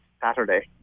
Saturday